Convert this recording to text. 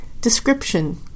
description